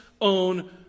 own